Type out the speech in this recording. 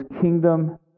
kingdom